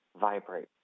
vibrate